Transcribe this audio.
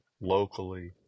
locally